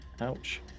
Ouch